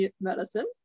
medicine